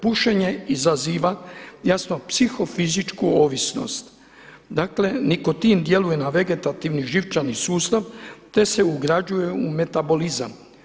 Pušenje izaziva jasno psiho-fizičku ovisnost, dakle nikotin djeluje na vegetativni živčani sustav, te se ugrađuje u metabolizam.